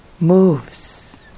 moves